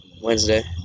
Wednesday